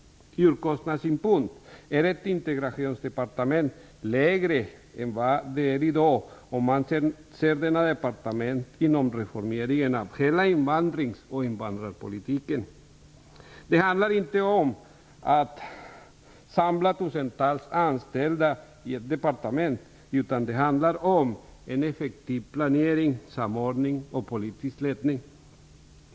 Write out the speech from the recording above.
Från kostnadssynpunkt är ett integrationsdepartement lägre än vad det är i dag, om man ser detta departement inom ramen för reformeringen av hela invandrings och invandrarpolitiken. Det handlar inte om att samla tusentals anställda i ett departement, utan det handlar om en effektiv planering, om samordning och om politisk ledning.